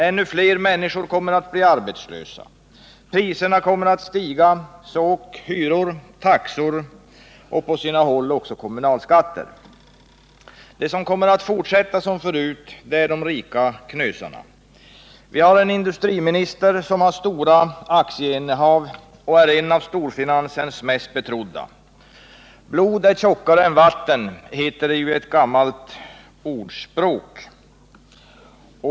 Ännu fler människor kommer att bli arbetslösa, priserna kommer att stiga, så ock hyror, taxor och på sina håll också kommunalskatten. De rika knösarna kommer också att fortsätta som förut. Vi har nu en industriminister som har stora aktieinnehav och är en av storfinansens betrodda. Blod är tjockare än vatten, heter det ju i ett gammalt ordspråk.